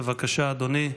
בבקשה, אדוני,